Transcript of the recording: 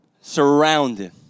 Surrounded